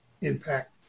Impact